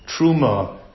Truma